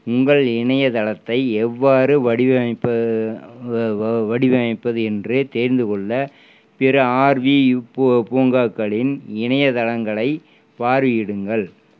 உங்கள் இணையதளத்தை எவ்வாறு வடிவமைப்பது என்று தெரிந்துகொள்ள பிற ஆர்வி பூங்காக்களின் இணையதளங்களைப் பார்வையிடுங்கள்